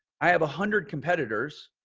i have a hundred competitors.